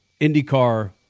IndyCar